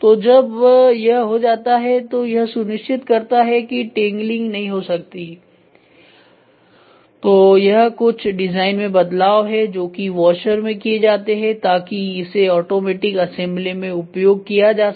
तो जब यह हो जाता है तो यह सुनिश्चित करता है कि टेंग्लिंग नहीं हो सकती है तो यह कुछ डिजाइन में बदलाव है जो की वाशर में किए जाते हैं ताकि इसे आटोमेटिक असेंबली में उपयोग किया जा सके